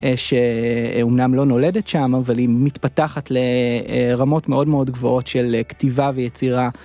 שאומנם לא נולדת שם, אבל היא מתפתחת לרמות מאוד מאוד גבוהות של כתיבה ויצירה.